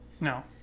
No